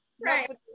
Right